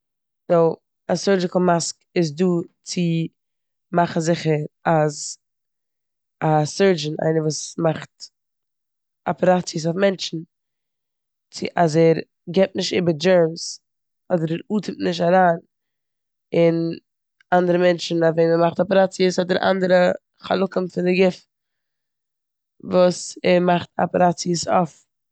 סו א סורדשיקעל מאסק איז דא צו מאכן זיכער אז א סורדשין, איינער וואס מאכט אפעראציעס אויף מענטשן, צו- אז ער גיבט נישט איבער דשערמס אדער ער אטעמט נישט אריין אין אנדערע מענטשן אויף וועם ער מאכט אפעראציעס אדער אנדערע חלקים פון די גוף וואס ער מאכט אפעראציעס אויף.